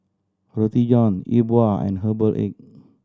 Roti John E Bua and herbal egg